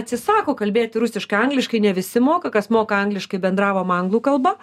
atsisako kalbėti rusiškai angliškai ne visi moka kas moka angliškai bendravom anglų kalba